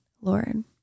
Lord